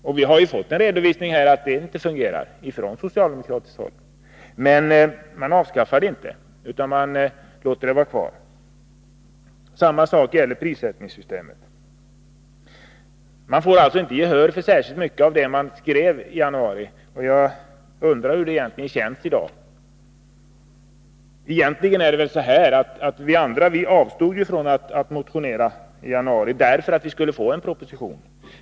Och vi har ju fått en redovisning från socialdemokratiskt håll att systemet inte fungerar. Men man avskaffar det inte utan låter det vara kvar. Samma sak gäller prissättningssystemet. Socialdemokraterna får alltså inte gehör för särskilt mycket av det som de föreslog i januari, och jag undrar hur de känner sig i dag. Egentligen är det ju så att vi andra avstod från att motionera i januari, därför att det skulle komma en proposition.